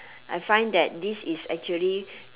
I find that this is actually